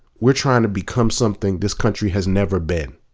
we're trying to become something this country has never been.